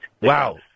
Wow